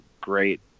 great